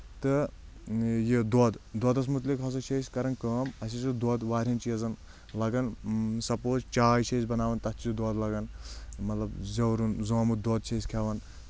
تہٕ یہِ دۄد دۄدَس مُتعلِق ہسا چھِ أسۍ کران کٲم اَسہِ حظ چھِ دۄد واریاہن چیٖزَن لگان سپوز چاے چھِ أسۍ بَناوَان تَتھ چھِ دۄد لگان مطلب زیٚورُن زامہٕ دۄد چھِ أسۍ کھؠوان